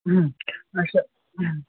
اَچھا